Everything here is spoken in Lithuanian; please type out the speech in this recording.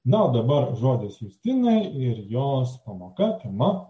na o dabar žodis justinai ir jos pamoka tema